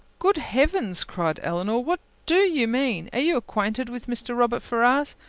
good heavens! cried elinor, what do you mean? are you acquainted with mr. robert ferrars?